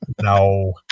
No